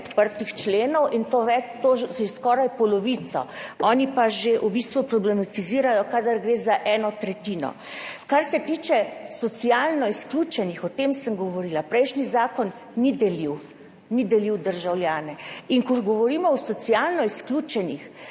odprtih členov, že skoraj polovico. Oni pa že v bistvu problematizirajo, kadar gre za eno tretjino. Kar se tiče socialno izključenih, o tem sem govorila. Prejšnji zakon ni delil, ni delil državljanov. In ko govorimo o socialno izključenih,